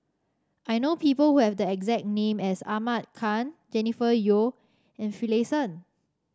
I know people who have the exact name as Ahmad Khan Jennifer Yeo and Finlayson